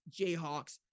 Jayhawks